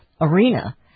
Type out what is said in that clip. arena